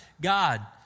God